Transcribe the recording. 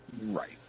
Right